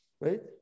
right